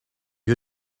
you